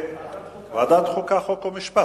ועדת חוקה, חוק ומשפט.